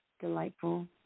delightful